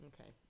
okay